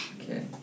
Okay